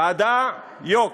ועדה, יוק.